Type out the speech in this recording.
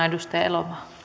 edustaja